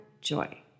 joy